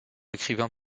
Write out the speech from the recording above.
écrivain